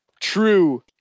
True